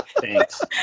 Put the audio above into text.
Thanks